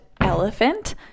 Elephant